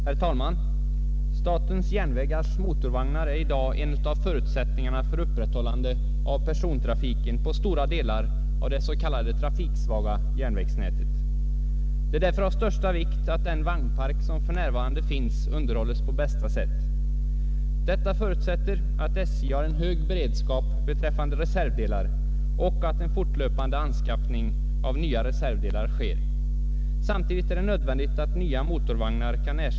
Herr talman! SJ:s motorvagnspark är i dag en av förutsättningarna för upprätthållande av persontrafiken på stora delar av det s.k. trafiksvaga järnvägsnätet, eftersom trafik med lok och vagnar skulle innebära betydligt större kostnader. Det är därför av största vikt att den vagnpark som för närvarande finns underhålles på bästa sätt. Det är naturligtvis också ur trafiksäkerhetssynpunkt nödvändigt, att nedslitna vagndelar kan ersättas och att möjligheter finns till återkommande översyn och reparationer av motorvagnarna. En förutsättning för detta är givetvis att SJ har en hög beredskap beträffande tillgången på reservdelar och att en fortlöpande anskaffning av nya reservdelar sker. Underlåtenhet beträffande anskaffning av nya reservdelar tvingar fram nedskrotning av vagnparken i accelererad takt allteftersom reservlagren minskar.